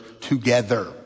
together